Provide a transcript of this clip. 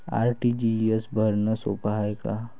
RTGS भरनं सोप हाय का?